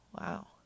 Wow